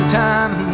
time